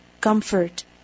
Comfort